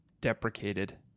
deprecated